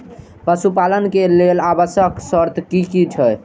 पशु पालन के लेल आवश्यक शर्त की की छै?